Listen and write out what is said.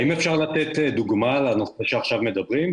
האם אפשר לתת דוגמה לנושא שעכשיו מדברים,